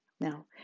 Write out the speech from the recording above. Now